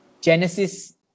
Genesis